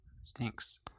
stinks